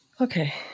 Okay